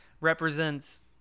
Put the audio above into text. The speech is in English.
represents